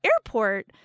airport